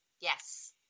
Yes